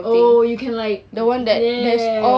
oh you can like ya